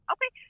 Okay